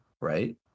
Right